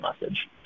message